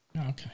Okay